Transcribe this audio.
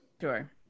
sure